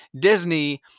Disney